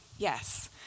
Yes